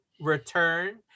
return